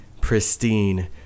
pristine